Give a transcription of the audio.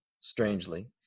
strangely